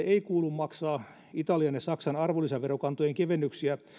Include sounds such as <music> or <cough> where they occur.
<unintelligible> ei kuulu maksaa italian ja saksan arvonlisäverokantojen kevennyksiä